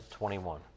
21